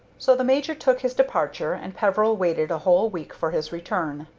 so the major took his departure, and peveril waited a whole week for his return.